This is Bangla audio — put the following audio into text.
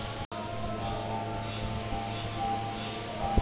কীটপতঙ্গ আমরা কীভাবে চিনব?